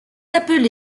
appelé